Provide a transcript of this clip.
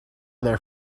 their